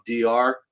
DR